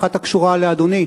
אחת הקשורה לאדוני.